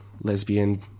lesbian